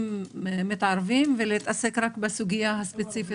מתערבים ועיסוק רק בסוגיה הספציפית.